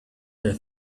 there